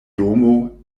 domo